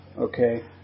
okay